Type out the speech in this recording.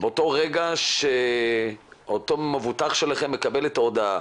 באותו רגע שאותו מבוטח שלכם מקבל את ההודעה